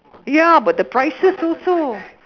ya but the prices also